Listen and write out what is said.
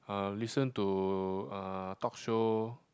uh listen to uh talk show